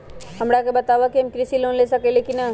हमरा के बताव कि हम कृषि लोन ले सकेली की न?